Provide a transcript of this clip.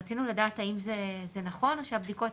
רצינו לדעת האם זה נכון או שהבדיקות